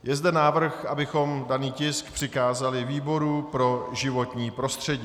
Je zde návrh, abychom daný tisk přikázali výboru pro životní prostředí.